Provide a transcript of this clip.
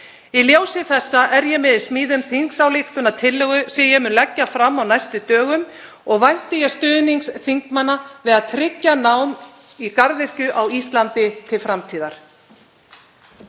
Í ljósi þessa er ég með í smíðum þingsályktunartillögu sem ég mun leggja fram á næstu dögum og vænti ég stuðnings þingmanna við að tryggja nám í garðyrkju á Íslandi til framtíðar.